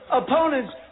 opponents